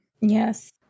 Yes